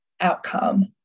outcome